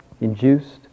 induced